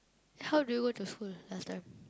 how do you go to school last time